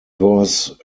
was